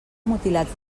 mutilats